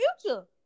Future